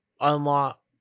unlock